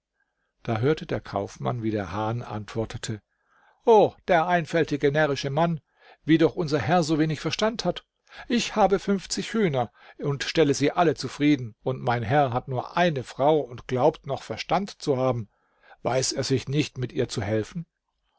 da hörte der kaufmann wie der hahn antwortete o der einfältige närrische mann wie doch unser herr so wenig verstand hat ich habe fünfzig hühner und stelle sie alle zufrieden und mein herr hat nur eine frau und glaubt noch verstand zu haben weiß er sich nicht mit ihr zu helfen